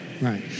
Right